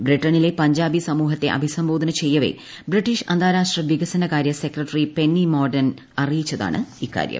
ബ്രിട്ടനിലെ പഞ്ചാബി സമൂഹത്തെ അഭിസംബോധന ചെയ്യവേ ബ്രിട്ടീഷ് അന്താരാഷ്ട്ര വികസന കാര്യ സെക്രട്ടറി പെന്നി മോർഡന്റ് അറിയിച്ചതാണ് ഇക്കാര്യം